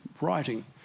writing